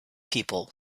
people